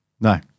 no